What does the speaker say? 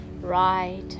right